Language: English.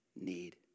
need